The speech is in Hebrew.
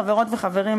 חברות וחברים,